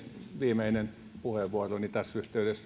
viimeinen puheenvuoroni tässä